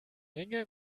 ringe